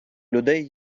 людей